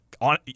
on